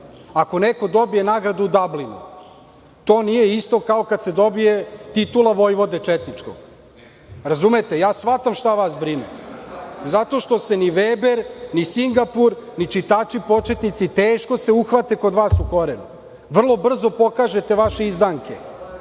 Ako neko dobije nagradu u Dablinu, to nije isto kao kada se dobije titula „vojvode“ četničkog, razumete? Shvatam ja šta vas brine, zato što se ni Veber ni Singapur, ni čitači početnici, teško se uhvate kod vas u koren, vrlo brzo pokažete vaše